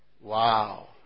Wow